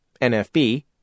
NFB